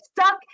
stuck